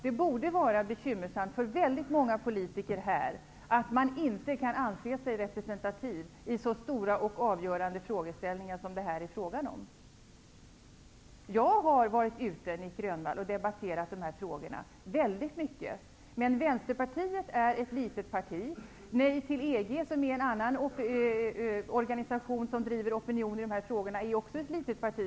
Det borde vara bekymmersamt för väldigt många politiker här att man inte kan anse sig representativ i en så stor och avgörande fråga som denna. Jag har, Nic Grönvall, varit ute och debatterat de här frågorna väldigt mycket. Men Vänsterpartiet är ett litet parti. ''Nej till EG'', som är en organisation som också driver opinion i de här frågorna, är också litet.